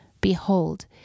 Behold